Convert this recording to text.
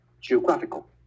geographical